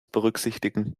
berücksichtigen